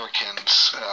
Americans